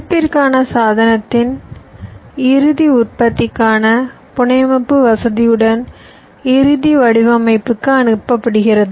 சிப்பிற்கான சாதனத்தின் இறுதி உற்பத்திக்கான புனையமைப்பு வசதியுடன் இறுதி வடிவமைப்புக்கு அனுப்பப்படுகிறது